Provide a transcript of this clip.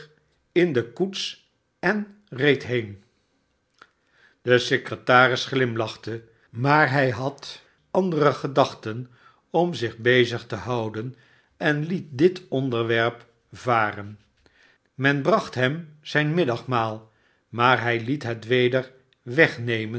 in de koets en reed heen de secretans ghmlachte maar hij had andere gedachten omzich oezig te houden en liet dit onderwerp varen men bracht hem zijn middagmaal maar hij liet het weder wegnemen